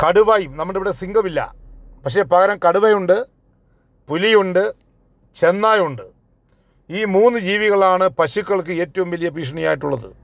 കടുവയും നമ്മുടെ ഇവിടെ സിങ്കമില്ല പക്ഷെ പകരം കടുവയുണ്ട് പുലിയുണ്ട് ചെന്നായയുണ്ട് ഈ മൂന്ന് ജീവികളാണ് പശുക്കൾക്ക് ഏറ്റവും വലിയ ഭീഷണിയായിട്ട് ഉള്ളത്